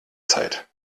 zeit